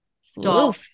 Stop